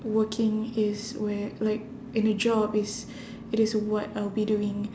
working is where like in a job is it is what I'll be doing